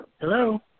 Hello